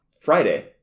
Friday